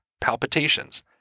palpitations